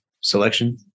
selection